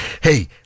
Hey